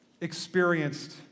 experienced